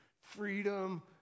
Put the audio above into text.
freedom